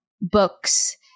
books